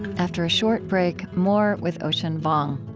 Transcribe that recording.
after a short break, more with ocean vuong.